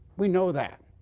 we know that.